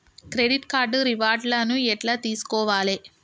Credit card reward లను ఎట్ల తెలుసుకోవాలే?